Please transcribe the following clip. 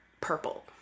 purple